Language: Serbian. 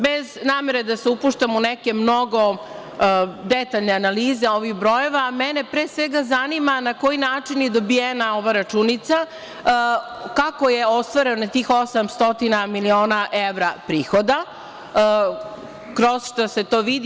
Bez namere da se upuštam u neke mnogo detaljne analize ovih brojeva, mene pre svega zanima na koji način je dobijena ova računica, kako je stvarno tih 800 milina evra prihoda, kroz šta se to vidi?